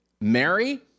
Mary